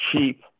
cheap